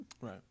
Right